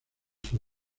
sus